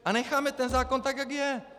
A necháme ten zákon tak, jak je.